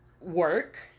work